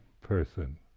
person